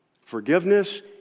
Forgiveness